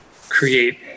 create